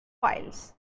files